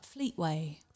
Fleetway